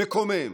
מקומם,